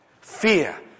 Fear